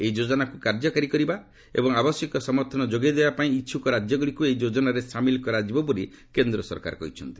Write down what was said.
ଏହି ଯୋଜନାକୁ କାର୍ଯ୍ୟକାରୀ କରିବା ଏବଂ ଆବଶ୍ୟକୀୟ ସମର୍ଥନ ଯୋଗାଇ ଦେବା ପାଇଁ ଇଚ୍ଛୁକ ରାଜ୍ୟଗୁଡ଼ିକୁ ଏହି ଯୋଜନାରେ ସାମିଲ କରାଯିବ ବୋଲି କେନ୍ଦ୍ ସରକାର କହିଛନ୍ତି